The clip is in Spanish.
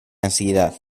ansiedad